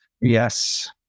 Yes